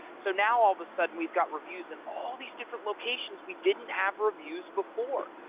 so now all of a sudden we've got reviews in all these different locations we didn't have reviews before.